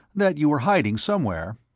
that you were hiding somewhere.